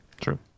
True